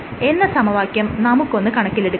എന്ന സമവാക്യം നമുക്കൊന്ന് കണക്കിലെടുക്കാം